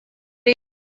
are